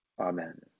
Amen